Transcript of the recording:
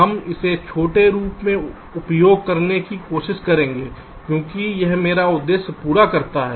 हम इसे छोटे रूप में उपयोग करने की कोशिश करेंगे क्योंकि यह मेरा उद्देश्य पूरा करता है